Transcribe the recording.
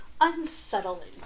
unsettling